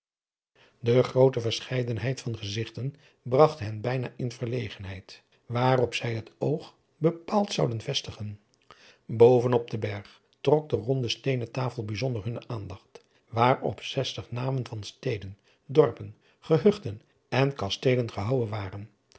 de groote verscheidenheid van gezigten bragt hen bijna in verlegenheid waarop zij het oop bep aald zouden vestigen boven op den berg trok de ronde steenen tafel bijzonder hunne aandacht waarop zestig namen van steden dorpen gehuchten en kasteelen gehouwen waren